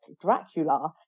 Dracula